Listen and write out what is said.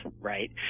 right